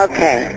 Okay